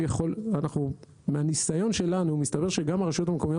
מהניסיון שלנו, הרשויות המקומיות